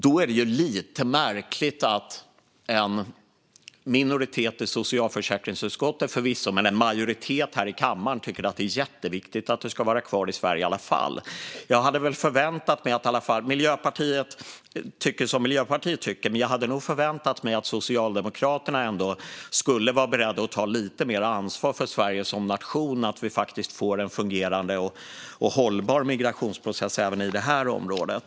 Då är det lite märkligt att en minoritet i socialförsäkringsutskottet, förvisso, men en majoritet här i kammaren tycker att det är jätteviktigt att en sådan person ska vara i Sverige i alla fall. Miljöpartiet tycker som de tycker, men jag hade nog förväntat mig att Socialdemokraterna skulle vara beredda att ta lite mer ansvar för Sverige som nation och för att vi faktiskt får en fungerande och hållbar migrationsprocess även på det här området.